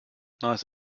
nice